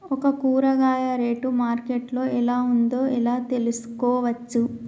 ఒక కూరగాయ rate market లో ఎలా ఉందో ఎలా తెలుసుకోవచ్చు?